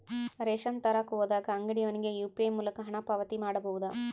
Ration ತರಕ ಹೋದಾಗ ಅಂಗಡಿಯವನಿಗೆ ಯು.ಪಿ.ಐ ಮೂಲಕ ಹಣ ಪಾವತಿ ಮಾಡಬಹುದಾ?